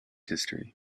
history